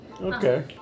Okay